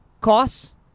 costs